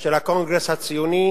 של הקונגרס הציוני,